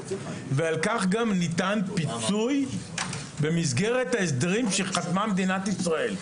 ועל כך ניתן פיצוי במסגרת ההסדרים שחתמה מדינת ישראל.